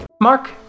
Mark